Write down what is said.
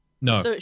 No